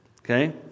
okay